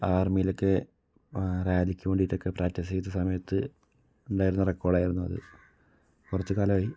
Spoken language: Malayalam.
ആർമിയിൽ ഒക്കെ റാലിക്ക് വേണ്ടിയിട്ട് ഒക്കെ പ്രാക്ടീസ് ചെയ്ത സമയത്ത് ഉണ്ടായിരുന്ന റെക്കോർഡ് ആയിരുന്നു അത് കുറച്ച് കാലമായി